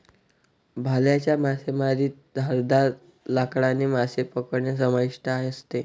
भाल्याच्या मासेमारीत धारदार लाकडाने मासे पकडणे समाविष्ट असते